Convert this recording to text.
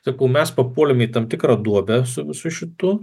sakau mes papuolėme į tam tikrą duobę su su šitu